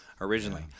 originally